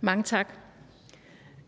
Mange tak.